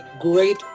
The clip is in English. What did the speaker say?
great